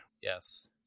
Yes